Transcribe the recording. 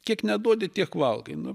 kiek neduodi tiek valgai nu